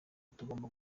tugomba